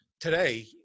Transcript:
Today